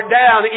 down